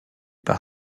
par